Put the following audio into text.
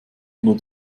oder